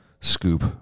scoop